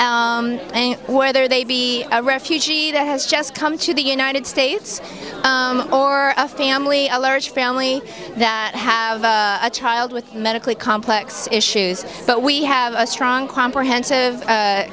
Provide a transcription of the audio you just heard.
whether they be a refugee that has just come to the united states or a family a large family that have a child with medically complex issues but we have a strong comprehensive